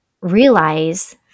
realize